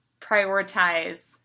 prioritize